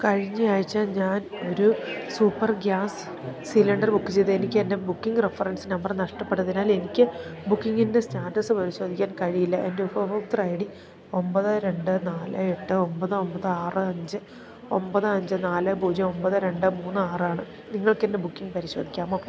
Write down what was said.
കഴിഞ്ഞയാഴ്ച ഞാനൊരു super gas cylinder book ചെയ്തു എനിക്കെൻ്റെ ബുക്കിംഗ് റഫറൻസ് നമ്പർ നഷ്ടപ്പെട്ടതിനാൽ എനിക്ക് ബുക്കിംഗിൻ്റെ സ്റ്റാറ്റസ് പരിശോധിക്കാൻ കഴിയില്ല എൻ്റെ ഉപഭോക്തൃ ഐ ഡി ഒമ്പത് രണ്ട് നാല് എട്ട് ഒമ്പത് ഒമ്പത് ആറ് അഞ്ച് ഒമ്പത് അഞ്ച് നാല് പൂജ്യം ഒമ്പത് രണ്ട് മൂന്ന് ആറാണ് നിങ്ങൾക്കെൻ്റെ ബുക്കിംഗ് പരിശോധിക്കാമോ